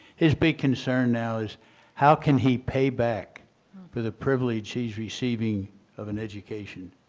his big concern now is how can he pay back for the privilege he is receiving of an education.